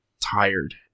tired